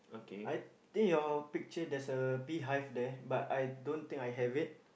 I think your picture there's a beehive there but I don't think I have it